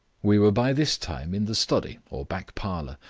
we were by this time in the study or back parlour,